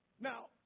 Now